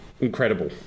incredible